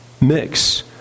mix